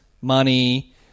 money